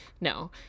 No